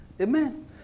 Amen